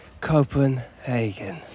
copenhagen